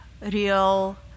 real